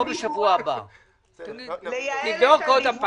מה עוד?